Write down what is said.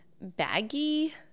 baggy